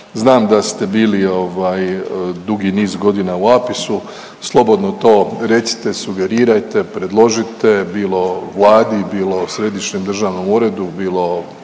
znam da ste bili ovaj dugi niz godina u APIS-u, slobodno to recite, sugerirajte, predložite bilo Vladi, bilo Središnjem državnom uredu, bilo